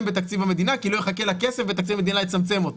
בתקציב המדינה כי לא יחכה לה כסף ותקציב המדינה יצמצם אותו.